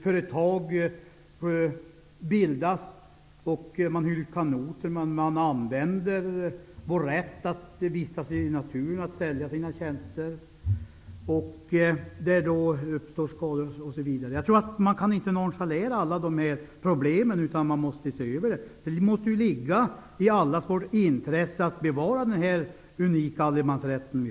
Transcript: Företag bildas och hyr ut kanoter, och de använder vår rätt att vistas i naturen till att sälja sina tjänster. Därmed uppstår skador i naturen, osv. Dessa problem kan inte nonchaleras, utan de måste ses över. Det måste ligga i allas vårt intresse att bevara den unika allemansrätten.